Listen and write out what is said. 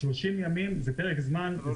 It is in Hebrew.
ימים זה פרק זמן טוב.